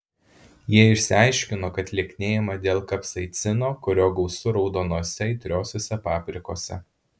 jie išsiaiškino kad lieknėjama dėl kapsaicino kurio gausu raudonose aitriosiose paprikose